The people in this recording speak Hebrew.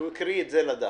הוא הקריא את זה לדף.